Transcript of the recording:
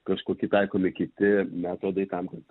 kažkoki taikomi kiti metodai tam kad